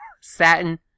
Satin